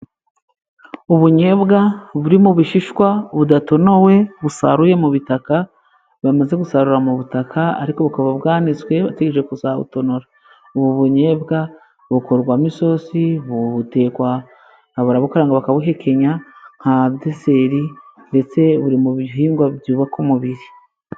Ubunnyebwa buri mu bishishwa budatonowe, busaruye mu bitaka bamaze gusarura mu butaka, ariko bukaba bwanitswe bategereje kuzabutonora, ubu bunnyebwa bukorwamo isosi, butekwa, barabukaranga bakabuhekenya nka deseri, ndetse buri mu bihingwa byubaka umubiri.